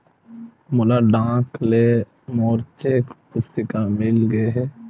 मोला डाक ले मोर चेक पुस्तिका मिल गे हे